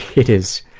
it is,